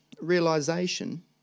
realisation